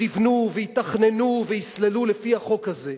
יבנו ויתכננו ויסללו לפי החוק הזה,